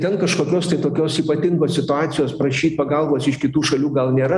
ten kažkokios tai tokios ypatingos situacijos prašyt pagalbos iš kitų šalių gal nėra